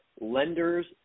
lenders